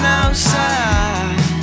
outside